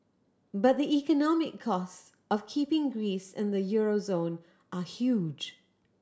but the economic cost of keeping Greece in the euro zone are huge